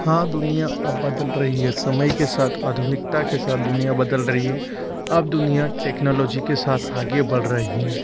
हाँ दुनिया अब बदल रही है समय के साथ आधुनिकता के साथ दुनिया बदल रही है अब दुनिया टेक्नोलॉजी के साथ आगे बढ़ रही है